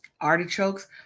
Artichokes